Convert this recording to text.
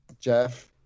jeff